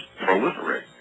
proliferate